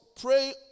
pray